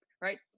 right